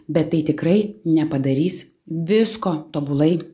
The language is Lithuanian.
bet tai tikrai nepadarys visko tobulai